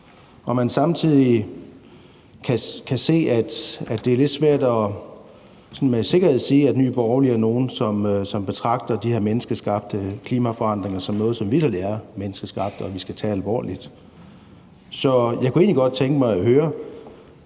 når man samtidig kan se, at det er lidt svært sådan med sikkerhed at sige, at Nye Borgerlige er nogle, som betragter de her menneskeskabte klimaforandringer som noget, som vitterlig er menneskeskabt, og som vi skal tage alvorligt. Så jeg kunne egentlig godt tænke mig at høre,